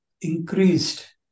increased